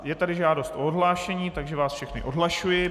Je tady žádost o odhlášení, takže vás všechny odhlašuji.